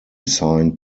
signed